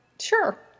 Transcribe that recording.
Sure